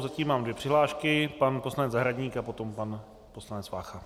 Zatím mám dvě přihlášky, pan poslanec Zahradník a potom pan poslanec Vácha.